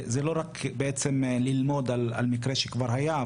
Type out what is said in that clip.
זה לא רק בעצם ללמוד על מקרה שכבר היה,